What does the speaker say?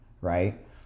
right